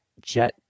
jet